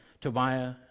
Tobiah